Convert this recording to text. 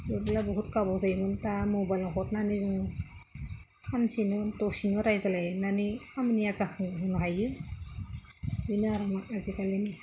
अब्ला बहुद गोबाव जायोमोन दा मबाइलाव हरनानै जों सानसेनो दसेनो रायज्लायनानै साननाया जाफुंहोनो हायो बेनो आरोमा आजिखालिनि